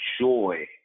joy